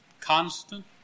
constant